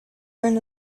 earn